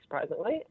surprisingly